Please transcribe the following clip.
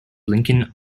lincoln